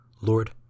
Lord